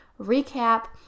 recap